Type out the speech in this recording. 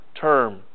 term